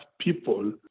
people